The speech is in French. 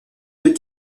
deux